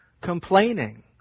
complaining